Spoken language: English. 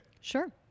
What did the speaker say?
Sure